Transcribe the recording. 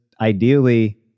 ideally